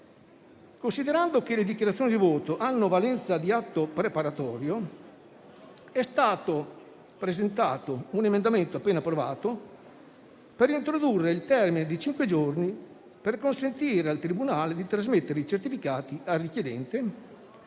Considerando che le dichiarazioni di voto hanno valenza di atto preparatorio, è stato presentato un emendamento, appena approvato, per introdurre il termine di cinque giorni per consentire al tribunale di trasmettere i certificati al richiedente,